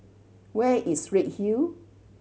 where is Redhill